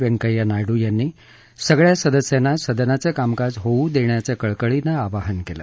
व्यंकय्या नायडु यांनी सगळ्या सदस्यांना सदनाचं कामकाज होऊ देण्याचं कळकळीनं आवाहन केलं